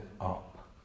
up